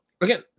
again